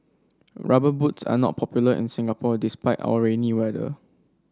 rubber boots are not popular in Singapore despite our rainy weather